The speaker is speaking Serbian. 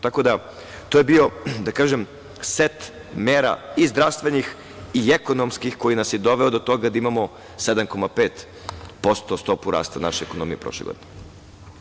Tako da, to je bio set mera i zdravstvenih i ekonomskih koji nas je doveo do toga da imamo 7,5% stopu rasta naše ekonomije prošle godine.